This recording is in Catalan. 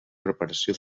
reparació